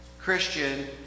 Christian